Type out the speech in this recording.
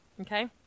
Okay